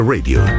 Radio